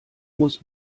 muss